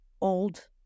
old